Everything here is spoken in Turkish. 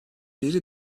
biri